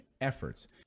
efforts